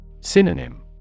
Synonym